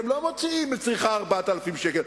כי הם לא מוציאים על צריכה 4,000 שקל.